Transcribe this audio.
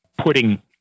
putting